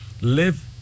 Live